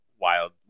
Wild